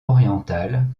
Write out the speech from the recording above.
orientale